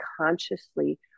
consciously